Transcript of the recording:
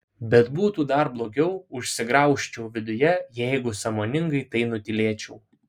bet būtų dar blogiau užsigraužčiau viduje jeigu sąmoningai tai nutylėčiau